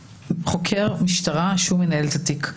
תמיד יש חוקר משטרה שהוא מנהל את התיק.